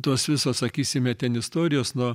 tos visos sakysime ten istorijos nuo